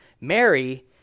Mary